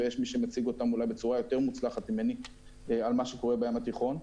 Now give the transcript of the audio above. ויש מי שמציג אותם אולי בצורה יותר מוצלחת ממני על מה שקורה בים התיכון,